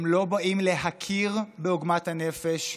הם לא באים להכיר בעוגמת הנפש,